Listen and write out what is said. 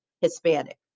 Hispanic